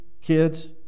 kids